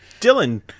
Dylan